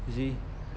you see